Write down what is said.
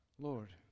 Lord